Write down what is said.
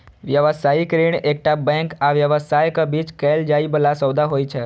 व्यावसायिक ऋण एकटा बैंक आ व्यवसायक बीच कैल जाइ बला सौदा होइ छै